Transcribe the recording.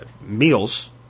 meals